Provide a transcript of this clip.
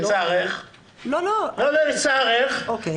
לצערך הוא יקבל את ההסדר המיטיב.